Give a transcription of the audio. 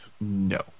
No